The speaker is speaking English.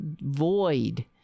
void